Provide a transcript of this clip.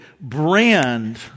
brand